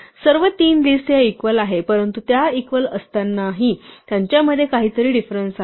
सर्व तीन लिस्ट या इक्वल आहेत परंतु त्या इक्वल असतानाही त्यांच्यामध्ये काहीतरी डिफरंन्स आहे